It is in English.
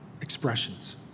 expressions